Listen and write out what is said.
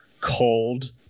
cold